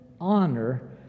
honor